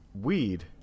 weed